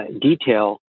detail